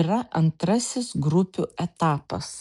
yra antrasis grupių etapas